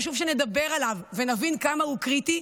חשוב שנדבר עליו ונבין כמה הוא קריטי,